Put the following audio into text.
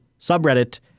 subreddit